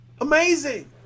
amazing